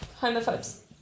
homophobes